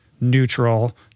neutral